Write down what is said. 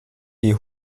die